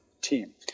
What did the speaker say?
team